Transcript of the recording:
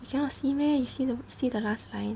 you cannot see meh you see the see the last line